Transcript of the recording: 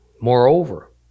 Moreover